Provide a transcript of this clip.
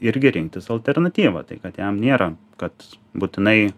irgi rinktis alternatyvą tai kad jam nėra kad būtinai